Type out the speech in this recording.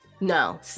No